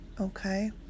okay